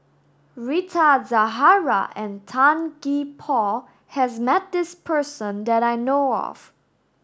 Rita Zahara and Tan Gee Paw has met this person that I know of